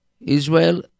Israel